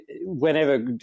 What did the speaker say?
whenever